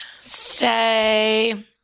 Say